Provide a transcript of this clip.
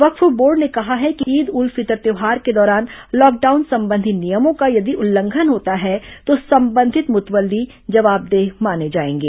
वक्फ board ने कहा है कि ईद उल फितर त्यौहार के दौरान लॉकडाउन संबंधी नियमों का यदि उल्लंघन होता है तो संबंधित मुतवल्ली जबावदेह माने जाएंगे